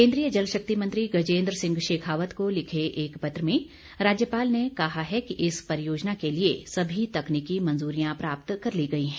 केंद्रीय जल शक्ति मंत्री गजेंद्र सिंह शेखावत को लिखे एक पत्र में राज्यपाल ने कहा है कि इस परियोजना के लिए सभी तकनीकी मंजूरियां प्राप्त कर ली गई हैं